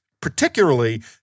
Particularly